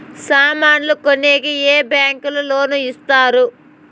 సామాన్లు కొనేకి ఏ బ్యాంకులు లోను ఇస్తారు?